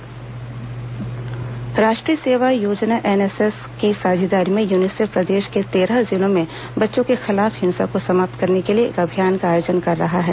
राष्ट्रीय सेवा योजना राष्ट्रीय सेवा योजना एनएस की साझेदारी में यूनिसेफ प्रदेश के तेरह जिलों में बच्चों के खिलाफ हिंसा को समाप्त करने के लिए एक अभियान का आयोजन कर रहा है